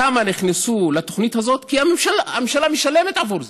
כמה נכנסו לתוכנית הזאת, כי הממשלה משלמת עבור זה.